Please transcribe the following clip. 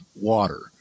water